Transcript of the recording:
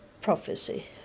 prophecy